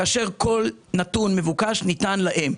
כאשר כל נתון מבוקש ניתן להם.